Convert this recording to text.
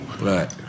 Right